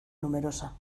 numerosa